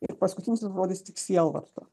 ir paskutinis tas žodis tik sielvartą